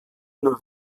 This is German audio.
nur